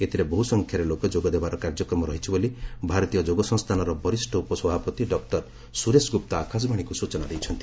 ଏଥିରେ ବହୁ ସଂଖ୍ୟାରେ ଲୋକେ ଯୋଗ ଦେବାର କାର୍ଯ୍ୟକ୍ରମ ରହିଛି ବୋଲି ଭାରତୀୟ ଯୋଗ ସଂସ୍ଥାନର ବରିଷ୍ଠ ଉପସଭାପତି ଡକୁର ସୁରେଶ ଗୁପ୍ତା ଆକାଶବାଣୀକୁ ସ୍ଟଚନା ଦେଇଛନ୍ତି